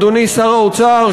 אדוני שר האוצר,